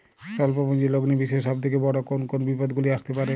স্বল্প পুঁজির লগ্নি বিষয়ে সব থেকে বড় কোন কোন বিপদগুলি আসতে পারে?